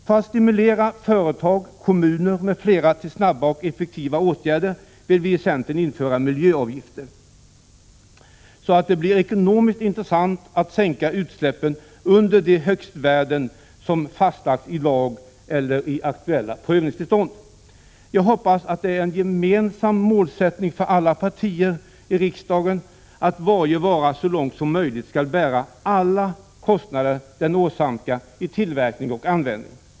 För att stimulera företag, kommuner m.fl. till snabba och effektiva åtgärder vill vi i centern införa miljöavgifter, så att det blir ekonomiskt intressant att sänka utsläppen under de högstvärden som fastlagts i lag eller i aktuella prövningstillstånd. Jag hoppas att det är en gemensam målsättning för alla partier i riksdagen att varje vara så långt som möjligt skall bära alla de kostnader den åsamkar i tillverkning och användning.